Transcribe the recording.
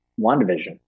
WandaVision